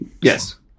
Yes